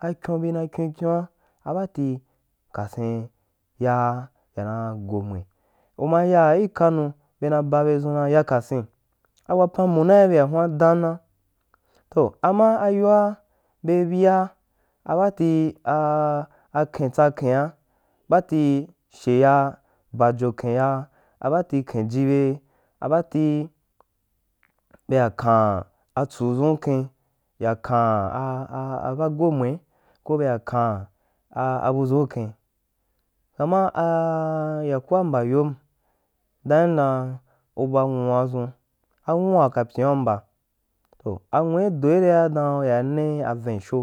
a kyon bi na kyun kyuan abaato kasiu yaa yana gomwe uma yaa i kanu be na ba bedʒun dan yakasin a wapan munai i byeahuan dan na, toh ayoa bei bia abaati aken tsa ken a abaati sheya ba joken ya abaati akenjibe abaati beya kan atsu dʒunken ya kan aba gomwe ko be ya kan e buʒun ken tanma a yakua mbyayom ku ba nwuadʒun a nwua waka pyīn la unba, toh anwui chorea u don uyai ne vin sho.